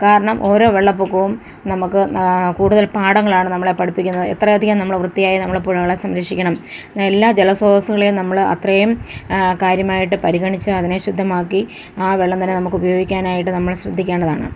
കാരണം ഓരോ വെള്ളപ്പൊക്കവും നമുക്ക് കൂടുതൽ പാടങ്ങളാണ് നമ്മളെ പഠിപ്പിക്കുന്നത് എത്രയധികം നമ്മള് വൃത്തിയായി നമ്മളുടെ പുഴകളെ സംരക്ഷിക്കണം എല്ലാ ജലസ്രോതസ്സുകളേയും നമ്മൾ അത്രയും കാര്യമായിട്ട് പരിഗണിച്ച് അതിനെ ശുദ്ധമാക്കി ആ വെള്ളം തന്നെ നമുക്ക് ഉപയോഗിക്കാനായിട്ട് നമ്മൾ ശ്രദ്ധിക്കേണ്ടതാണ്